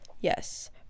Yes